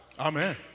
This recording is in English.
Amen